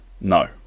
No